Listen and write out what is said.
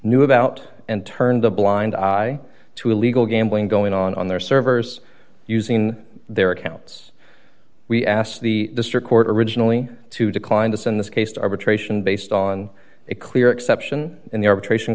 knew about and turned a blind eye to illegal gambling going on on their servers using their accounts we asked the district court originally to decline to send this case to arbitration based on a clear exception in the